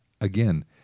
Again